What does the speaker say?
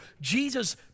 Jesus